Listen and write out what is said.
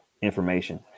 information